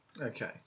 Okay